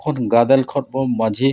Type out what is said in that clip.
ᱠᱷᱚᱱ ᱜᱟᱫᱮᱞ ᱠᱷᱚᱱᱵᱚ ᱢᱟᱹᱡᱷᱤ